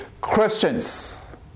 Christians